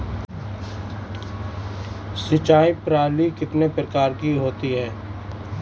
सिंचाई प्रणाली कितने प्रकार की होती है?